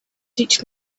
teach